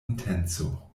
intenco